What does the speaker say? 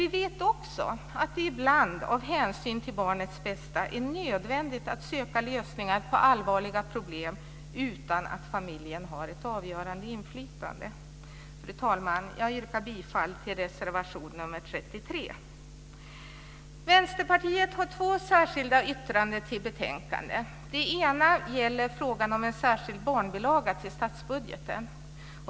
Vi vet också att det ibland, av hänsyn till barnets bästa, är nödvändigt att söka lösningar på allvarliga problem utan att familjen har ett avgörande inflytande. Fru talman! Jag yrkar bifall till reservation nr 33. Vänsterpartiet har två särskilda yttranden till betänkandet. Det ena gäller frågan om en särskild barnbilaga till statsbudgeten.